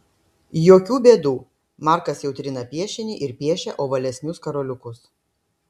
jokių bėdų markas jau trina piešinį ir piešia ovalesnius karoliukus